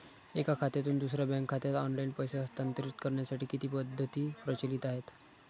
एका खात्यातून दुसऱ्या बँक खात्यात ऑनलाइन पैसे हस्तांतरित करण्यासाठी किती पद्धती प्रचलित आहेत?